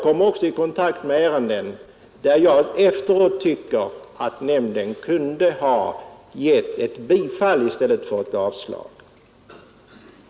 Beträffande några av dessa har jag efteråt ansett att nämnden haft lika nära till bifall som avslag.